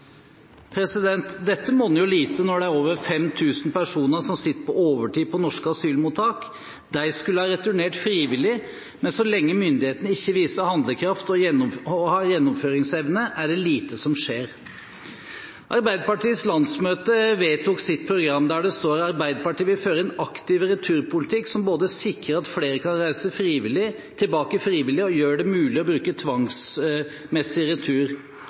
Dette monner jo lite når det er over 5 000 personer som sitter på overtid i norske asylmottak. De skulle ha returnert frivillig, men så lenge myndighetene ikke viser handlekraft og har gjennomføringsevne, er det lite som skjer. Arbeiderpartiets landsmøte vedtok sitt program, der det står: «Arbeiderpartiet vil føre en aktiv returpolitikk som både sikrer at flere kan reise tilbake frivillig og gjør det mulig å bruke tvangsmessig